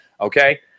okay